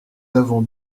avons